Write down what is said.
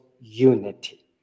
unity